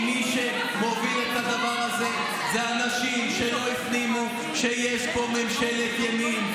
כי מי שמוביל את הדבר הזה זה אנשים שלא הפנימו שיש פה ממשלת ימין,